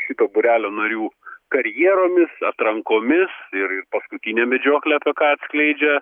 šito būrelio narių karjeromis atrankomis ir paskutinė medžioklė apie ką atskleidžia